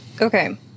Okay